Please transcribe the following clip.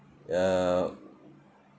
uh